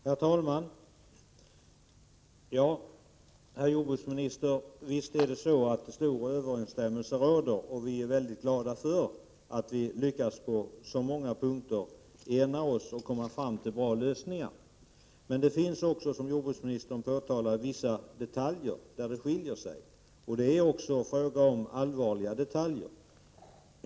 Herr talman! Ja, visst är det så, herr jordbruksminister, att det finns stora överensstämmelser, och vi är mycket glada för att vi på så många punkter har lyckats bli eniga och komma fram till bra lösningar. Det finns emellertid, som jordbruksministern påpekade, vissa detaljer där våra uppfattningar skiljer sig. Det är också fråga om allvarliga detaljer.